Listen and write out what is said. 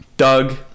Doug